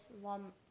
one